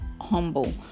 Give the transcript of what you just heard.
humble